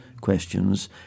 questions